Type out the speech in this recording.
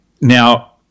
now